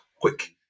quick